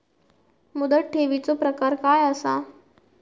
मुदत ठेवीचो प्रकार काय असा?